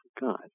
God